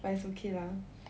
but it's okay lah